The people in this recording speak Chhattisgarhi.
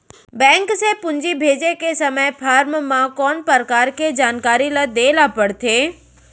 बैंक से पूंजी भेजे के समय फॉर्म म कौन परकार के जानकारी ल दे ला पड़थे?